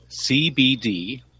CBD